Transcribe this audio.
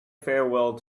farewell